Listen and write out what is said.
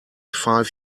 five